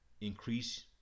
increase